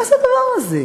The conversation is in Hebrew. מה זה הדבר הזה?